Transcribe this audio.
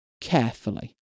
carefully